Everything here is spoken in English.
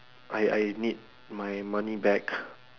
I I need my money back